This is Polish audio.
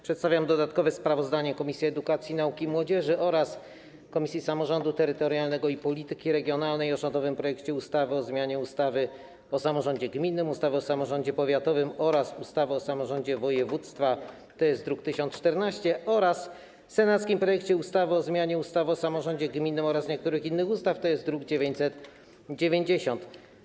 Przedstawiam dodatkowe sprawozdanie Komisji Edukacji, Nauki i Młodzieży oraz Komisji Samorządu Terytorialnego i Polityki Regionalnej o rządowym projekcie ustawy o zmianie ustawy o samorządzie gminnym, ustawy o samorządzie powiatowym oraz ustawy o samorządzie województwa, to jest druk nr 1014, oraz senackim projekcie ustawy o zmianie ustawy o samorządzie gminnym oraz niektórych innych ustaw, to jest druk nr 990.